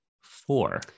four